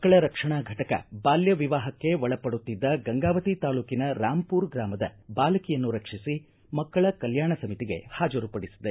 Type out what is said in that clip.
ಕೊಪ್ಪಳ ಜಿಲ್ಲಾ ಮಕ್ಕಳ ರಕ್ಷಣಾ ಘಟಕ ಬಾಲ್ಯ ವಿವಾಹಕ್ಕೆ ಒಳಪಡುತ್ತಿದ್ದ ಗಂಗಾವತಿ ತಾಲೂಕಿನ ರಾಂಪೂರ ಗ್ರಾಮದ ಬಾಲಕಿಯನ್ನು ರಕ್ಷಿಸಿ ಮಕ್ಕಳ ಕಲ್ಯಾಣ ಸಮಿತಿಗೆ ಹಾಜರುಪಡಿಸಿದೆ